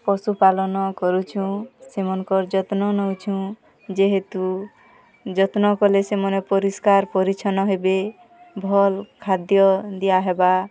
ପଶୁପାଳନ କରୁଛୁଁ ସେମନଙ୍କର୍ ଯତ୍ନ ନଉଛୁଁ ଯେହେତୁ ଯତ୍ନ କଲେ ସେମାନେ ପରିଷ୍କାର୍ ପରିଚ୍ଛନ୍ନ ହେବେ ଭଲ୍ ଖାଦ୍ୟ ଦିଆ ହେବା